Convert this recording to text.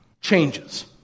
changes